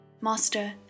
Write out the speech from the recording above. Master